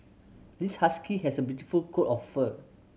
this husky has a beautiful coat of fur